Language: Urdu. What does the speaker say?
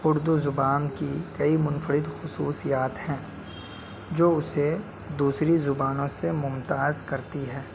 اردو زبان کی کئی منفرد خصوصیات ہیں جو اسے دوسری زبانوں سے ممتاز کرتی ہے